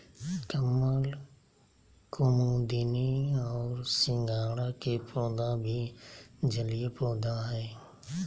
कमल, कुमुदिनी और सिंघाड़ा के पौधा भी जलीय पौधा हइ